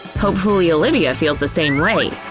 hopefully olivia feels the same way.